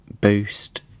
boost